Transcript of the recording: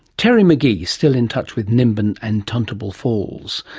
terry mcgee, still in touch with nimbin and tuntable falls.